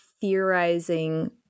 theorizing